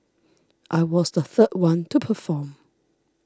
I was the third one to perform